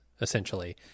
essentially